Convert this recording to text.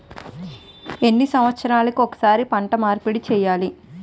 ఎన్ని సంవత్సరాలకి ఒక్కసారి పంట మార్పిడి చేయాలి?